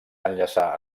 enllaçar